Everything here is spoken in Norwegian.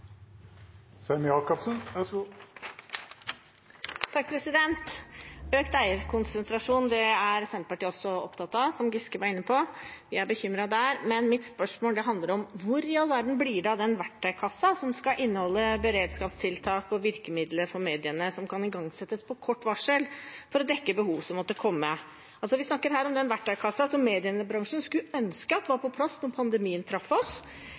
Senterpartiet også opptatt av, som representanten Giske var inne på. Vi er bekymret der. Men mitt spørsmål er: Hvor i all verden blir det av den verktøykassen som skal inneholde beredskapstiltak og virkemidler for mediene som kan igangsettes på kort varsel for å dekke behov som måtte komme? Vi snakker her om den verktøykassen som mediebransjen skulle ønske var på plass da pandemien traff oss,